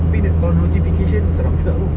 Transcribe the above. tapi dia call notification seram juga bro